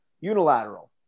unilateral